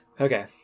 Okay